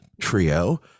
trio